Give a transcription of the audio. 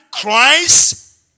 Christ